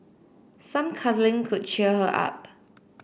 some cuddling could cheer her up